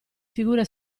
figure